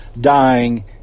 dying